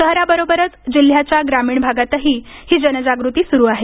शहराबरोबरच जिल्ह्याच्या ग्रामीण भागातही ही जनजागृती सुरू आहे